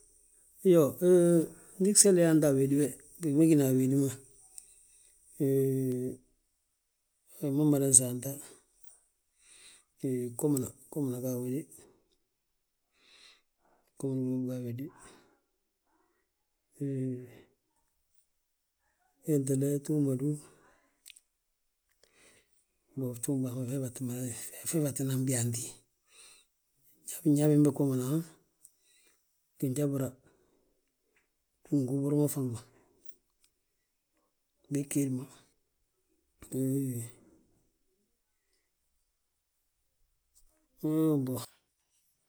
Iyoo, ndi gseli yaanta a wédi we, bigi ma gina a wédi ma. Hee wi ma mmadan saanta, he gumuna, gumuna ga a wéde, gumuna ga a wéde, hee hentele tuug ma dú? Bon ftuug ma fe, fee fa tti naŋ biyaanti, nyaa bembe gumuna haŋ, ginjabura, gingubur ma faŋ ma; Bég geed ma, hee haa boŋ.